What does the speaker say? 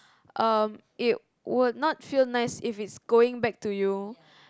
um it will not feel nice if it's going back to you